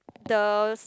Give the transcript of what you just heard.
the